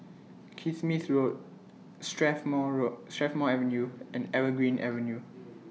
Kismis Road Strathmore Road Strathmore Avenue and Evergreen Avenue